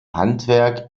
handwerk